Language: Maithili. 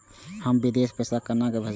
हम विदेश पैसा केना भेजबे?